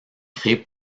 créé